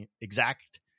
exact